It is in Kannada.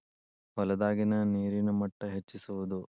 ಹೊಲದಾಗಿನ ನೇರಿನ ಮಟ್ಟಾ ಹೆಚ್ಚಿಸುವದು